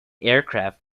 aircraft